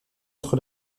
entre